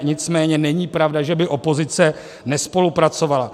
Nicméně není pravda, že by opozice nespolupracovala.